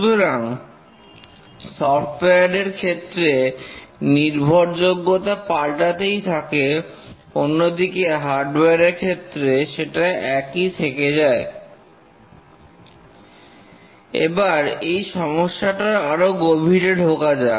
সুতরাং সফটওয়্যার এর ক্ষেত্রে নির্ভরযোগ্যতা পাল্টাতেই থাকে অন্যদিকে হার্ডওয়ার এর ক্ষেত্রে সেটা একই থেকে যায় এবার এই সমস্যাটার আরো গভীরে ঢোকা যাক